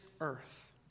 earth